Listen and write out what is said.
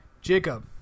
Jacob